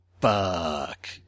fuck